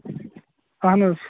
اَہَن حظ